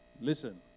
listen